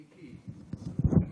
מיקי, זה שאומרים: